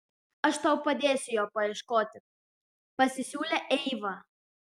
aš tau padėsiu jo paieškoti pasisiūlė eiva